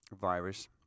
virus